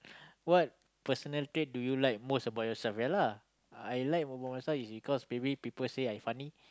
what personal trait do you like most about yourself yeah lah I like about myself is because maybe people say I funny